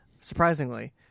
surprisingly